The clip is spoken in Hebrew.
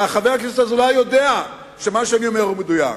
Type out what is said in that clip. וחבר הכנסת אזולאי יודע שמה שאני אומר הוא מדויק,